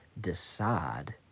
decide